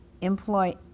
employ